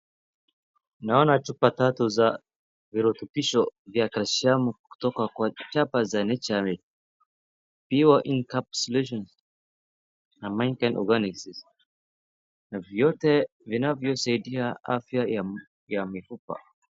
Naona chupa tatu za virutubisho vya kalshiamu kutoka kwa chapa za Nature Made, Pure encapulation na Mykind organic na vote vinavyosaidia afya ya mifupa.